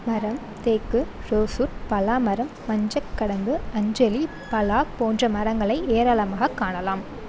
மரம் தேக்கு ரோஸ்வுட் பலா மரம் மஞ்சக்கடம்பு அஞ்சலி பலா போன்ற மரங்களை ஏராளமாகக் காணலாம்